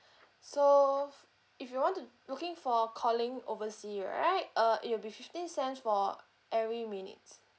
so if you want to looking for calling oversea right uh it will be fifteen cents for every minute